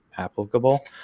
applicable